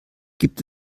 gibt